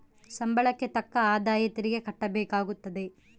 ಸಂಬಳಕ್ಕೆ ತಕ್ಕ ಆದಾಯ ತೆರಿಗೆ ಕಟ್ಟಬೇಕಾಗುತ್ತದೆ